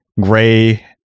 gray